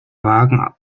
wagen